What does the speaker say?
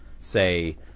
say